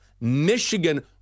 Michigan